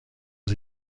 aux